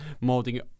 molding